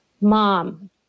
Mom